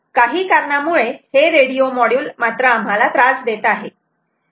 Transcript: काही कारणामुळे हे रेडिओ मॉड्यूल आम्हाला त्रास देत आहे